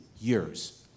years